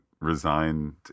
resigned